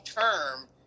term